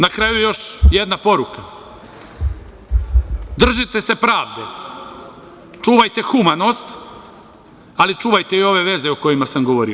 Na kraju, još jedna poruka – držite se pravde, čuvajte humanost, ali čuvajte i ove veze o kojima sam govorio.